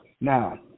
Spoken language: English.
Now